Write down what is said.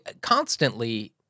constantly